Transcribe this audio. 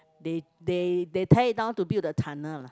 they they they type it out to build the tunnel lah